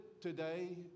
today